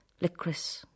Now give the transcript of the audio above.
Licorice